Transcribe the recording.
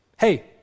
Hey